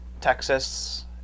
Texas